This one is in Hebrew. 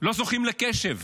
לא זוכים לקשב.